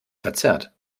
verzerrt